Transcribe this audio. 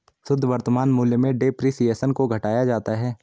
शुद्ध वर्तमान मूल्य में डेप्रिसिएशन को घटाया जाता है